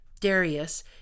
Darius